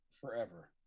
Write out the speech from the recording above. forever